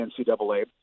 NCAA